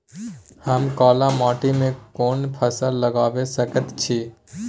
हम काला माटी में कोन फसल लगाबै सकेत छी?